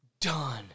Done